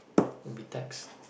will be tax